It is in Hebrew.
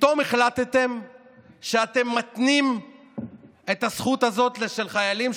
פתאום החלטתם שאתם מתנים את הזכות הזאת של חיילים,